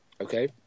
Okay